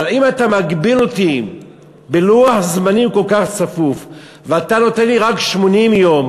אבל אם אתה מגביל אותי בלוח זמנים כל כך צפוף ואתה נותן לי רק 80 יום,